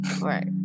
right